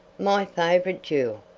my favorite jool,